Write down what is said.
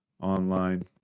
online